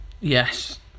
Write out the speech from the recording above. yes